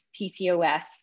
PCOS